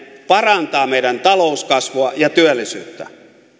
parantaa meidän talouskasvua ja työllisyyttä